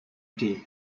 day